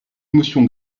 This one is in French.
émotion